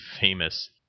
famous